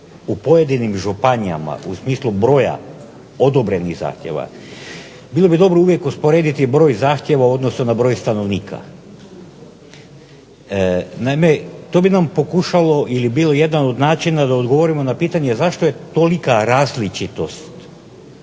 u pojedinim županijama u smislu broja odobrenih zahtjeva bilo bi dobro uvijek usporediti broj zahtjeva u odnosu na broj stanovnika. Naime, to bi vam pokušalo ili bilo jedan od načina da odgovorimo na pitanje zašto je tolika različitost